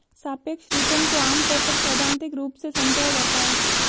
सापेक्ष रिटर्न को आमतौर पर सैद्धान्तिक रूप से समझाया जाता है